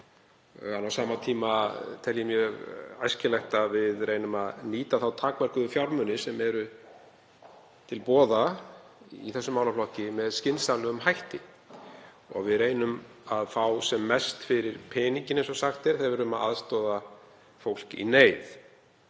okkar. Á sama tíma tel ég mjög æskilegt að við reynum að nýta þá takmörkuðu fjármuni sem eru til boða í þessum málaflokki með skynsamlegum hætti og við reynum að fá sem mest fyrir peninginn, eins og sagt er, þegar við erum að aðstoða fólk í neyð